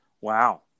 Wow